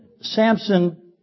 Samson